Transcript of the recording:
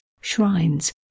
shrines